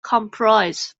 comprise